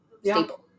staple